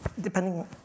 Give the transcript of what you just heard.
depending